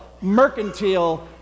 mercantile